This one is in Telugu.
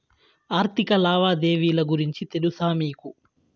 ఆర్థిక లావాదేవీల గురించి తెలుసా మీకు